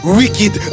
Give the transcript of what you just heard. wicked